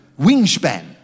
wingspan